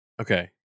Okay